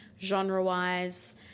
genre-wise